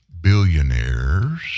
billionaires